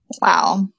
Wow